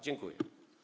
Dziękuję.